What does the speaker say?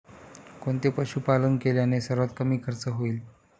कोणते पशुपालन केल्याने सर्वात कमी खर्च होईल?